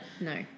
No